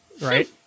Right